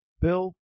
Bill